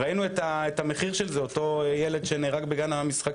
ראינו את המחיר של זה עם אותו ילד שנהרג בגן משחקים.